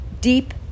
deep